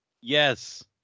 Yes